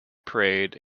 parade